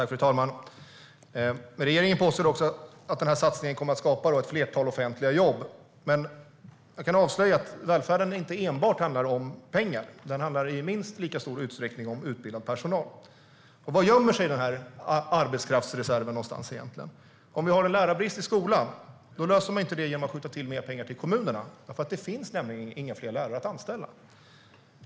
Fru talman! Regeringen påstår också att satsningen kommer att skapa ett flertal offentliga jobb. Jag kan dock avslöja att välfärden inte enbart handlar om pengar, utan den handlar i minst lika stor utsträckning om utbildad personal. Var gömmer sig egentligen den här arbetskraftsreserven någonstans? Om vi har en lärarbrist i skolan löser vi inte det genom att skjuta till mer pengar till kommunerna, för det finns ju inga fler lärare att anställa.